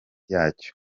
yacyo